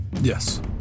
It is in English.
Yes